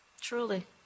Truly